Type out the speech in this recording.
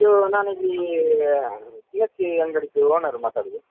ಇದು ನಾನು ಇಲ್ಲಿ ದಿನಸಿ ಅಂಗಡಿದ್ದು ಓನರ್ ಮಾತಾಡುದು